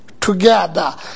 together